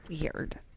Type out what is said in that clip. weird